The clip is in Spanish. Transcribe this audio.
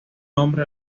nombre